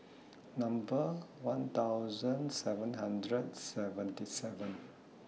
Number one thousand seven hundred seventy seven